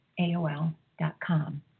aol.com